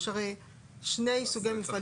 יש הרי שני סוגי מפעלים.